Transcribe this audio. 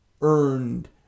earned